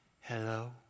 hello